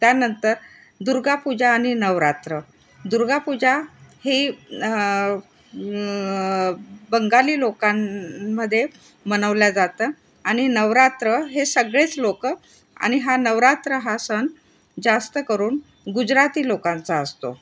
त्यानंतर दुर्गापूजा आणि नवरात्र दुर्गापूजा ही न बंगाली लोकां मध्ये मनवल्या जातं आणि नवरात्र हे सगळेच लोकं आणि हा नवरात्र हा सण जास्त करून गुजराती लोकांचा असतो